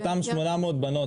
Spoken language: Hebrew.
אותן 800 בנות